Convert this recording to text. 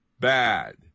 bad